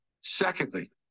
Secondly